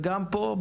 וגם פה,